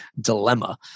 dilemma